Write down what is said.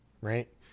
right